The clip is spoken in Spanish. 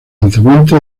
lanzamiento